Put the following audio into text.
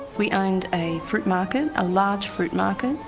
we owned a fruit market, a large fruit market,